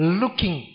looking